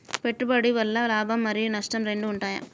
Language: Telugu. పెట్టుబడి వల్ల లాభం మరియు నష్టం రెండు ఉంటాయా?